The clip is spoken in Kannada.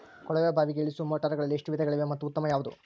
ಕೊಳವೆ ಬಾವಿಗೆ ಇಳಿಸುವ ಮೋಟಾರುಗಳಲ್ಲಿ ಎಷ್ಟು ವಿಧಗಳಿವೆ ಮತ್ತು ಉತ್ತಮ ಯಾವುದು?